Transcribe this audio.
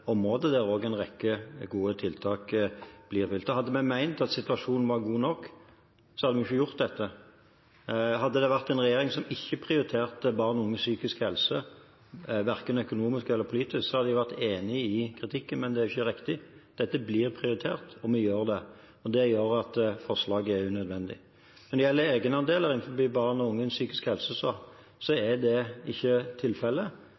området, der det også blir en rekke gode tiltak. Hadde vi ment at situasjonen var god nok, hadde vi ikke gjort det. Hadde dette vært en regjering som ikke prioriterte barn og unges psykiske helse, verken økonomisk eller politisk, hadde vi vært enig i kritikken, men den er jo ikke riktig. Dette blir prioritert, og vi gjør det. Det gjør at forslaget er unødvendig. Når det gjelder egenandeler for barn og unge innenfor psykisk helse, er det ikke tilfellet.